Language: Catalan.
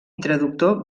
traductor